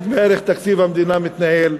בערך כמו שתקציב המדינה מתנהל,